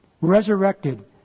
resurrected